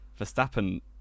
Verstappen